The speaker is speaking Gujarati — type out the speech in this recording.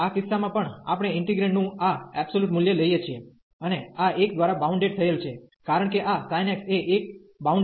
તેથી આ કિસ્સામાં પણ આપણે ઇન્ટિગ્રેન્ડ નું આ મૂલ્ય લઈએ છીએ અને આ 1 દ્વારા બાઉન્ડેડ થયેલ છે કારણ કે આ sin x એ 1 બાઉન્ડેડ છે